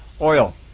oil